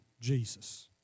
Jesus